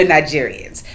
Nigerians